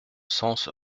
sens